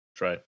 right